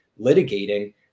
litigating